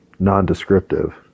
nondescriptive